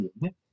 right